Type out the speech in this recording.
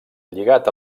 lligat